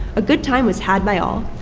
a good time was had by all.